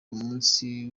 umunsi